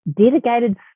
dedicated